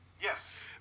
Yes